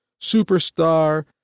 superstar